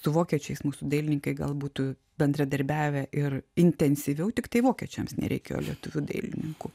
su vokiečiais mūsų dailininkai gal būtų bendradarbiavę ir intensyviau tiktai vokiečiams nereikėjo lietuvių dailininkų